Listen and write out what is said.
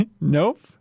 Nope